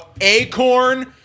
Acorn